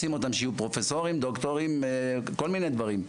רוצים שיהיו פרופסורים ודוקטורים וכל מיני דברים,